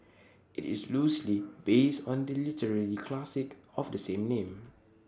IT is loosely based on the literary classic of the same name